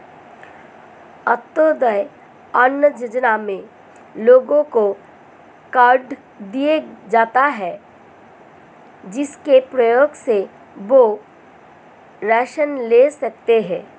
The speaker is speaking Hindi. अंत्योदय अन्न योजना में लोगों को कार्ड दिए जाता है, जिसके प्रयोग से वह राशन ले सकते है